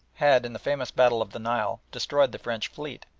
had, in the famous battle of the nile, destroyed the french fleet,